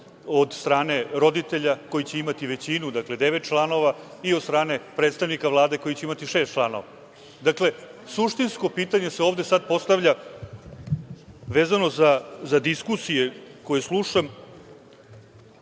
od strane roditelja koji će imati većinu, dakle, devet članova i od strane predstavnika Vlade, koji će imati šest članova. Dakle, suštinsko pitanje se ovde sada postavlja, vezano za diskusije koje slušam,